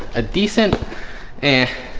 a decent and